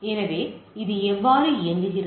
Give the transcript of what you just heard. எனவே இது எவ்வாறு இயங்குகிறது